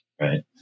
right